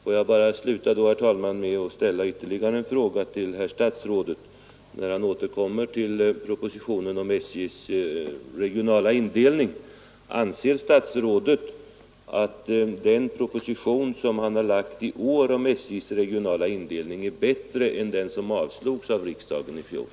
Får jag bara sluta, herr talman, med att ställa ytterligare en fråga till herr statsrådet, när han återkommer till propositionen om SJ:s regionala indelning: Anser statsrådet att den proposition som han har framlagt i år om SJ:s regionala indelning är bättre än den som avslogs av riksdagen i fjol?